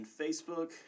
Facebook